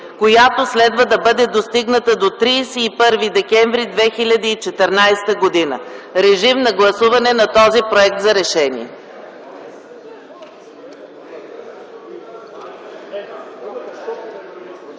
която следва да бъде достигната до 31 декември 2014 г.” Гласувайте този проект за Решение.